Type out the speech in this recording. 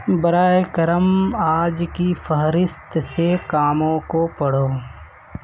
براہ کرم آج کی فہرست سے کاموں کو پڑھو